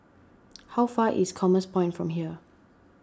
how far is Commerce Point from here